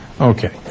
Okay